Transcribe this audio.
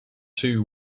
two